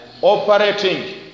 operating